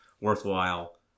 worthwhile